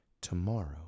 tomorrow